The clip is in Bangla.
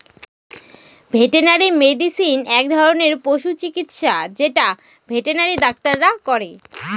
ভেটেনারি মেডিসিন এক ধরনের পশু চিকিৎসা যেটা ভেটেনারি ডাক্তাররা করে